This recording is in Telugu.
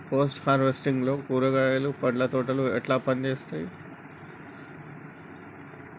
పోస్ట్ హార్వెస్టింగ్ లో కూరగాయలు పండ్ల తోటలు ఎట్లా పనిచేత్తనయ్?